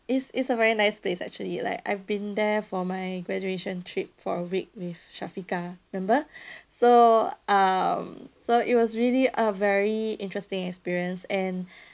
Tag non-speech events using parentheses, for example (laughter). is is a very nice place actually like I've been there for my graduation trip for a week with syafiqah remember (breath) so um so it was really a very interesting experience and (breath)